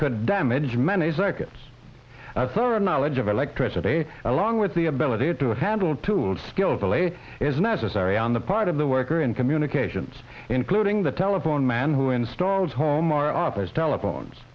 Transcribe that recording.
could damage many circuits a thorough knowledge of electricity along with the ability to handle tools skillfully is necessary on the part of the worker in communications including the telephone man who installs home or office telephones